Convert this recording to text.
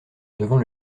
devant